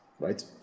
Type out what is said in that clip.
right